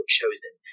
chosen